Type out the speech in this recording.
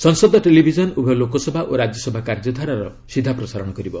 ସଂସଦ ଟେଲିଭିଜନ ଉଭୟ ଲୋକସଭା ଓ ରାଜ୍ୟସଭା କାର୍ଯ୍ୟଧାରାର ସିଧା ପ୍ରସାରଣ କରିବ